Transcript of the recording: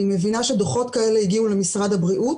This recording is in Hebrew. אני מבינה שדוחות כאלה הגיעו למשרד הבריאות